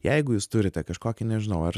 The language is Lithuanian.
jeigu jūs turite kažkokį nežinau ar